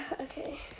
Okay